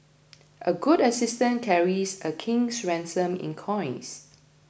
a good assistant carries a king's ransom in coins